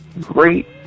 great